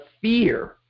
fear